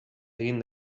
egin